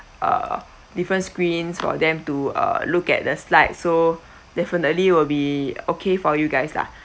uh different screens for them to uh look at the slide so definitely will be okay for you guys lah